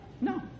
No